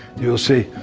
you'll say,